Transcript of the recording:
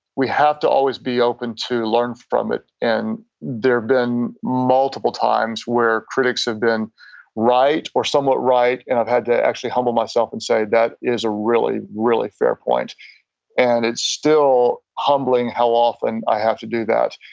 we have to always be open to learn from it and there have been multiple times where critics have been right or somewhat right and i've had to actually humble myself and say that is a really, really fair point and it's still humbling how often i have to do that.